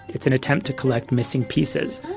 it's an attempt to collect missing pieces.